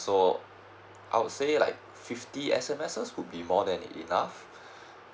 so I would say like fifty S_M_S would be more than enough